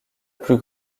plus